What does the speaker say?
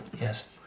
Yes